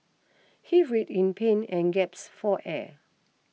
he writhed in pain and gaps for air